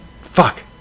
Fuck